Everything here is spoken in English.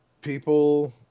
People